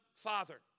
father